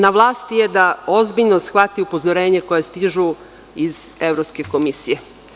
Na vlasti je da ozbiljno shvati upozorenja koja stižu iz Evropske komisije.